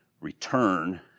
Return